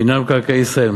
מינהל מקרקעי ישראל,